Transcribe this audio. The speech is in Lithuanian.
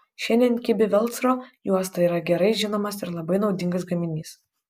šiandien kibi velcro juosta yra gerai žinomas ir labai naudingas gaminys